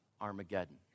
Armageddon